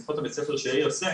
לפחות בית הספר שלי עושה,